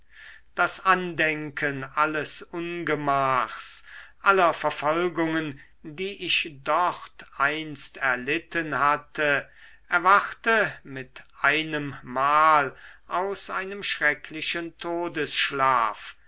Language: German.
das andenken alles ungemachs aller verfolgungen die ich dort einst erlitten hatte erwachte mit einemmal aus einem schrecklichen todesschlaf